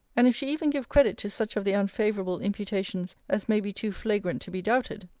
and if she even give credit to such of the unfavourable imputations as may be too flagrant to be doubted,